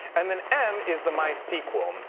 and then m is the mysql. um